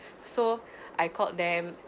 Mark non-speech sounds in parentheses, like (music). (breath) so (breath) I called them